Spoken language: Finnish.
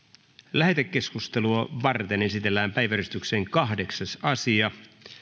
lähetekeskustelua varten esitellään päiväjärjestyksen kahdeksas asia